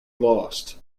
lost